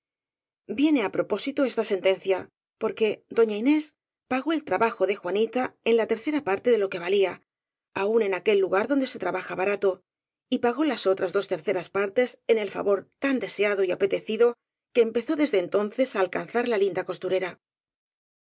viene á propósito esta sentencia porque doña inés pagó el trabajo de juanita en la tercera parte de lo que valía aun en aquel lugar donde se trabaja barato y pagó las otras dos terceras partes en el favor tan deseado y apetecido que empezó desde entonces á alcanzar la linda costurera